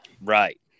Right